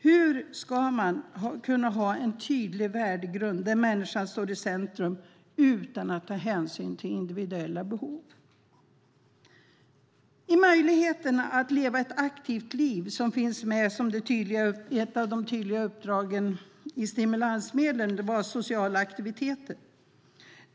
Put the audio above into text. Hur ska man kunna ha en tydlig värdegrund där människan står i centrum utan att ta hänsyn till individuella behov? Möjlighet att leva ett aktivt liv, som är ett av de tydliga uppdragen vad gäller stimulansmedlen, omfattar även sociala aktiviteter.